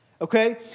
okay